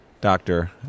Doctor